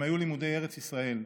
הם היו לימודי ארץ ישראל.